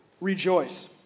rejoice